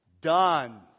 Done